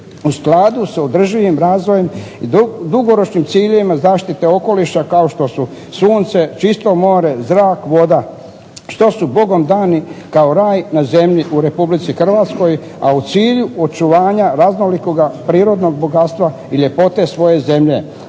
u skladu sa održivim razvojem i dugoročnim ciljevima zaštite okoliša kao što su sunce, čisto more, zrak, voda što su bogom dani kao raj na zemlji u Republici Hrvatskoj, a u cilju očuvanja raznolikoga prirodnog bogatstva i ljepote svoje zemlje.